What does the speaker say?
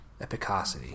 Epicosity